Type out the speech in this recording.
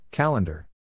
Calendar